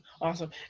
awesome